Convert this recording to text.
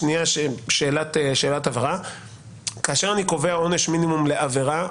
כאשר אני קובע עונש מינימום על עבירה,